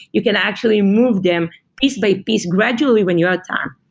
you can actually move them piece by piece gradually when you have time.